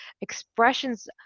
expressions